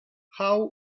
how